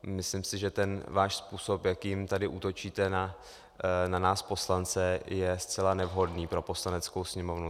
Myslím si, že váš způsob, jakým tady útočíte na nás poslance, je zcela nevhodný pro Poslaneckou sněmovnu.